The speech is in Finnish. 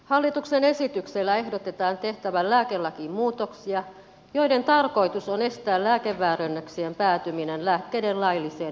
hallituksen esityksellä ehdotetaan tehtävän lääkelakiin muutoksia joiden tarkoitus on estää lääkeväärennöksien päätyminen lääkkeiden lailliseen jakelukanavaan